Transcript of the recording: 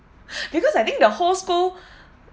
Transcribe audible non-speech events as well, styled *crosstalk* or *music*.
*breath* because I think the whole school